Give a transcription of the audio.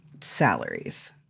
salaries